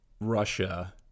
Russia